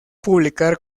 publicar